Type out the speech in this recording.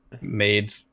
made